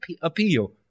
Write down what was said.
appeal